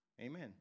Amen